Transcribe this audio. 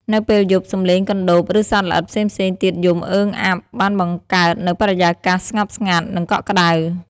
នៅពេលយប់ សំឡេងកណ្ដូប ឬសត្វល្អិតផ្សេងៗទៀតយំអឺងអាប់បានបង្កើតនូវបរិយាកាសស្ងប់ស្ងាត់ និងកក់ក្តៅ។